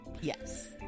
yes